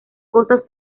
cosas